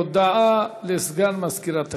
הודעה לסגן מזכירת הכנסת.